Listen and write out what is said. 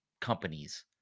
companies